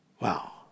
Wow